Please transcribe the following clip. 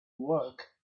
work